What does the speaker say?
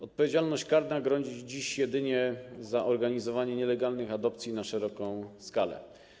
Odpowiedzialność karna grozi dziś jedynie za organizowanie nielegalnych adopcji na szeroką skalę.